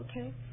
okay